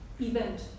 event